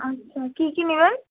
আচ্ছা কী কী নেবেন